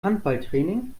handballtraining